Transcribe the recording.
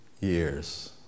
years